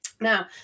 Now